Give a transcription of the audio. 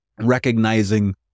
recognizing